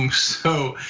um so,